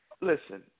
listen